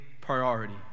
priority